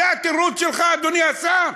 זה התירוץ שלך, אדוני השר?